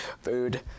Food